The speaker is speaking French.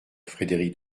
frédéric